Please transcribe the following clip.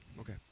Okay